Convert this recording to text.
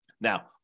Now